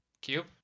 Cube